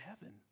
heaven